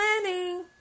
planning